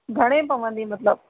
घणे पवंदी मतिलबु